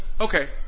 okay